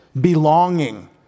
belonging